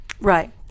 right